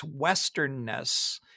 westernness